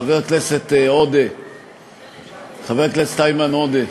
חבר הכנסת איימן עודה,